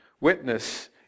witness